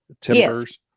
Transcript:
timbers